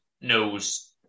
knows